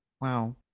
Wow